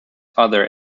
other